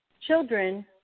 children